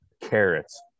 carrots